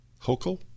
Hochul